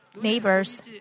neighbors